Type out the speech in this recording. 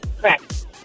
Correct